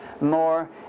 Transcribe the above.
more